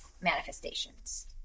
manifestations